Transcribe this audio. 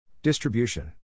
Distribution